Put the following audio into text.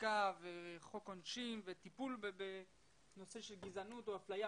החקיקה וחוק עונשין וטיפול בנושא של גזענות ואפליה,